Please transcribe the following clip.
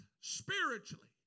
spiritually